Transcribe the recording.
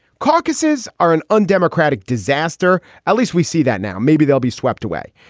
caucuses are an undemocratic disaster. at least we see that now. maybe they'll be swept away.